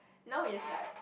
now is like